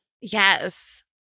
Yes